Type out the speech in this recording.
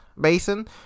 Basin